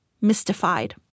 mystified